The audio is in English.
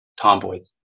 tomboys